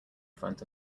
front